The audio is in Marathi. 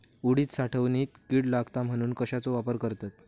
उडीद साठवणीत कीड लागात म्हणून कश्याचो वापर करतत?